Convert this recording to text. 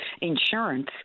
insurance